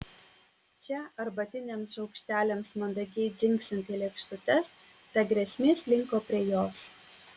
čia arbatiniams šaukšteliams mandagiai dzingsint į lėkštutes ta grėsmė slinko prie jos